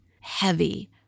heavy